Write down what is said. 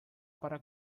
para